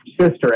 sister